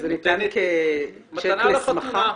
וזה ניתן כצ'ק לשמחה?